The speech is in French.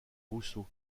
rousseau